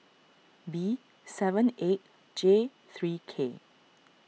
B seven eight J three K